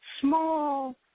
small